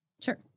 Sure